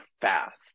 fast